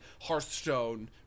hearthstone